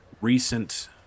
recent